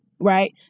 right